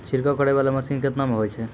छिड़काव करै वाला मसीन केतना मे होय छै?